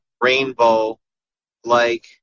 rainbow-like